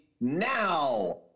now